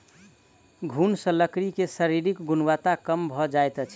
घुन सॅ लकड़ी के शारीरिक गुणवत्ता कम भ जाइत अछि